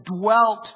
dwelt